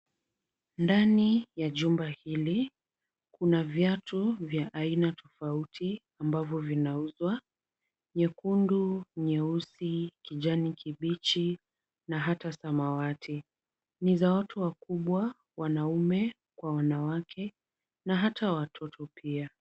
Ndani ya jumba hili, kuna viatu vya aina tofauti ambavyo vinauzwa, nyekundu, nyeusi, kijani kibichi na hata samawati. Ni za watu wakubwa, wanaume, kwa wanawake, na hata watoto pia.